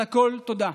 על הכול תודה.